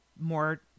more